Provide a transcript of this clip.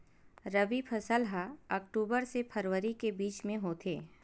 रबी फसल हा अक्टूबर से फ़रवरी के बिच में होथे